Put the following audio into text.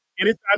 anytime